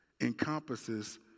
encompasses